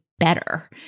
better